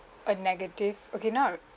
a negative okay now I would